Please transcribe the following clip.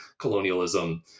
colonialism